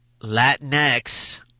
Latinx